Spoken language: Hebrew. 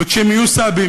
וכשהם יהיו סבים,